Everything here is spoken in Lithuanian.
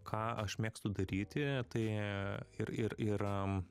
ką aš mėgstu daryti tai ir ir ir